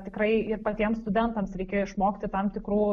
tikrai ir patiems studentams reikėjo išmokti tam tikrų